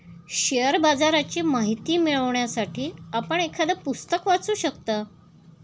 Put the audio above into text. share बाजाराची माहिती मिळवण्यासाठी आपण एखादं पुस्तक वाचू शकता